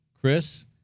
Chris